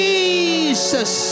Jesus